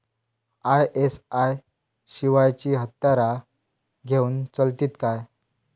ISI शिवायची हत्यारा घेऊन चलतीत काय?